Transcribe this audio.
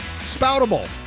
Spoutable